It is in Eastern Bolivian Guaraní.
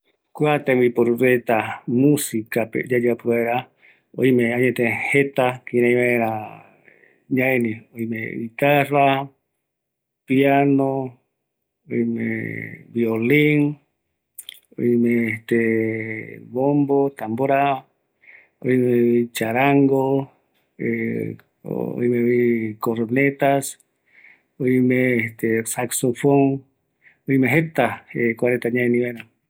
Kuape oime isa vareta, guitarra, violin, charango, lira, jaeño kuareta aikua gue